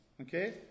okay